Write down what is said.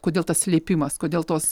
kodėl tas slėpimas kodėl tos